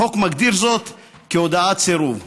החוק מגדיר זאת כהודעת סירוב.